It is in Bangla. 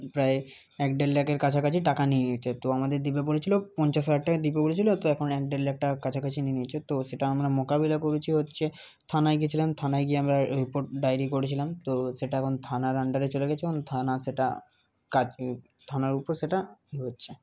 প্রায় এক দেড় লাখের কাছাকাছি টাকা নিয়ে নিয়েছে তো আমাদের দিবে বলেছিলো পঞ্চাশ হাজার টাকা দিবে বলেছিলো তো এখন এক দেড় লাখ টাকার কাছাকাছি নিয়ে নিয়েছে তো সেটা আমরা মোকাবিলা করেছি হচ্ছে থানায় গিয়েছিলাম থানায় গিয়ে আমরা রিপোর্ট ডায়েরি করেছিলাম তো সেটা এখন থানার আন্ডারে চলে গেছে এবং থানা সেটা কাজ থানার উপর সেটা হচ্ছে